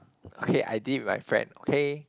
okay I did it with my friend okay